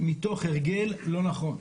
מתוך הרגל לא נכון.